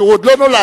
כי הוא עוד לא נולד,